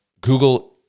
Google